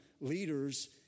leaders